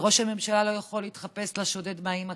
וראש הממשלה לא יכול להתחפש לשודד מהאיים הקאריביים.